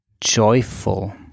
joyful